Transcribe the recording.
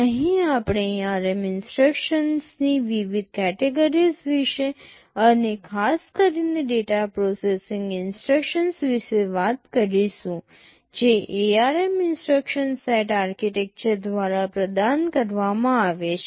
અહીં આપણે ARM ઇન્સટ્રક્શન્સની વિવિધ કેટેગરીઝ વિશે અને ખાસ કરીને ડેટા પ્રોસેસિંગ ઇન્સટ્રક્શન્સ વિશે વાત કરીશું જે ARM ઇન્સટ્રક્શન સેટ આર્કિટેક્ચર દ્વારા પ્રદાન કરવામાં આવે છે